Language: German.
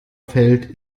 fällt